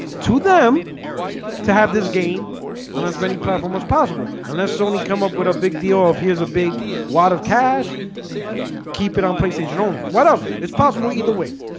to them to have this game on as many platform as possible. unless sony come up with a big deal of here's a big wad of cash keep it on playstation only whatever it's possible either way,